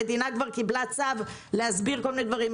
המדינה כבר קיבלה צו להסביר כל מיני דברים.